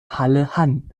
halle–hann